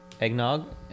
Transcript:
eggnog